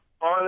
on